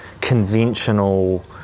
conventional